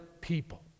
people